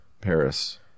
Paris